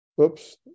Oops